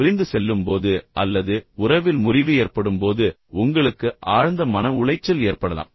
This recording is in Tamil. பிரிந்து செல்லும் போது அல்லது உறவில் முறிவு ஏற்படும் போது உங்களுக்கு ஆழ்ந்த மன உளைச்சல் ஏற்படலாம்